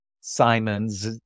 Simons